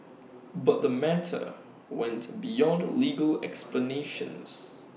but the matter went beyond legal explanations